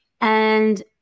And-